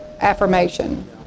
affirmation